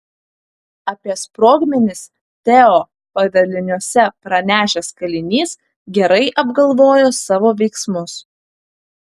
apie sprogmenis teo padaliniuose pranešęs kalinys gerai apgalvojo savo veiksmus